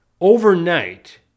Overnight